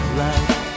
life